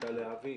מיטל להבי.